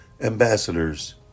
ambassadors